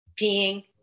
peeing